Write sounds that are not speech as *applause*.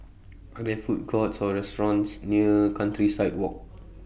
*noise* Are There Food Courts Or restaurants near Countryside Walk